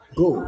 go